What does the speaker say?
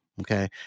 Okay